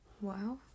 Wow